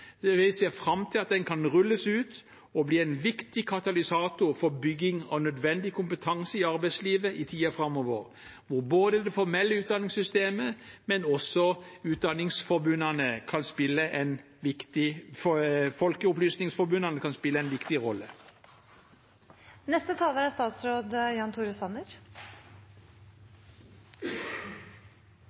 vi ser fram til at den kan rulles ut og bli en viktig katalysator for bygging av nødvendig kompetanse i arbeidslivet i tiden framover, da både det formelle utdanningssystemet og folkeopplysningsforbundene kan spille en viktig rolle. Våren 2020 legger regjeringen frem kompetansereformen Lære hele livet. Målet med reformen er